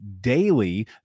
daily